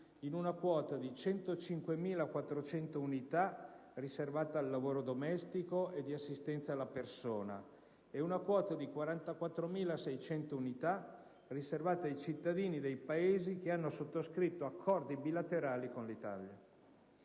in una quota di 105.400 unità riservata al lavoro domestico e di assistenza alla persona, accanto ad una quota di 44.600 unità riservata ai cittadini dei Paesi che hanno sottoscritto accordi bilaterali con l'Italia.